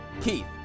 Keith